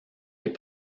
les